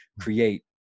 create